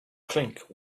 clink